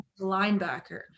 linebacker